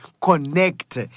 connect